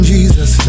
Jesus